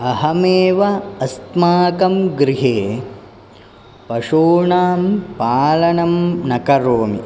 अहमेव अस्माकं गृहे पशूनां पालनं न करोमि